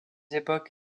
époques